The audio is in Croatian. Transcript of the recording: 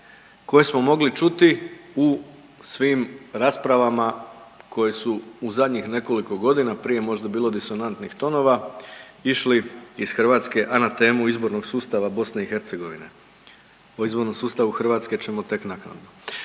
koje smo mogli čuti u svim raspravama koje su u zadnjih nekoliko godina, prije je možda bilo disonantnih tonova, išli iz Hrvatske, a na temu izbornog sustava BiH, o izbornom sustavu Hrvatske ćemo tek naknadno.